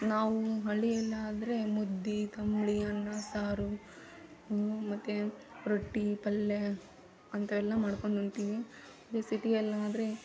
ನಾವೂ ಹಳ್ಳಿಯಲ್ಲಿ ಆದರೆ ಮುದ್ದೆ ತಂಬುಳಿ ಅನ್ನ ಸಾರು ಮತ್ತು ರೊಟ್ಟಿ ಪಲ್ಯೆ ಅಂಥವೆಲ್ಲ ಮಾಡ್ಕೊಂಡು ಉಣ್ತೀವಿ ಅದೆ ಸಿಟಿಯಲ್ಲಿ ಆದರೆ